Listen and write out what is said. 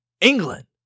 England